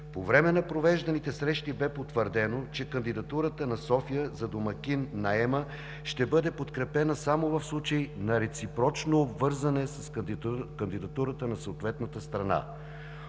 По време на провежданите срещи бе потвърдено, че кандидатурата на София за домакин на ЕМА ще бъде подкрепена само в случаи на реципрочно обвързване с кандидатурата на съответната страна.